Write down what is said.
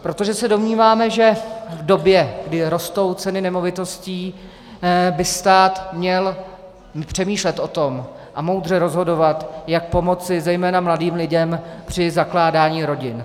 Protože se domníváme, že v době, kdy rostou ceny nemovitostí, by stát měl přemýšlet o tom a moudře rozhodovat, jak pomoci zejména mladým lidem při zakládání rodin.